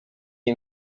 iyi